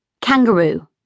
Kangaroo